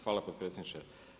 Hvala potpredsjedniče.